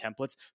templates